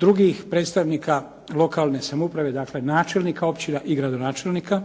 drugih predstavnika lokalne samouprave, dakle, načelnika općina i gradonačelnika.